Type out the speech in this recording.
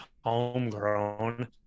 homegrown